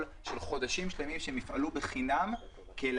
של חודשים שלמים שהם יפעלו בחינם כדי